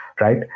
right